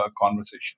conversation